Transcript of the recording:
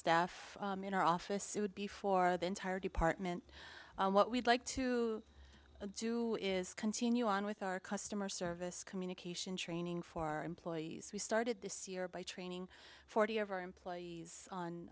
staff in our office it would be for the entire department what we'd like to do is continue on with our customer service communication training for our employees we started this year by training forty of our employees on